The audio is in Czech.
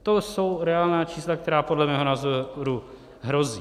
To jsou reálná čísla, která podle mého názoru hrozí.